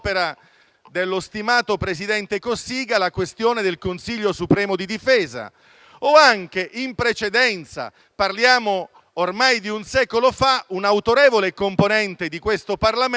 dello stimato presidente Cossiga la questione del Consiglio supremo di difesa, o anche, in precedenza (parliamo ormai di un secolo fa) un autorevole componente di questo Parlamento,